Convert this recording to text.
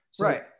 Right